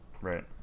Right